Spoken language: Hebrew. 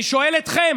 אני שואל אתכם